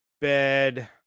bed